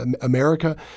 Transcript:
America